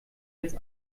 jetzt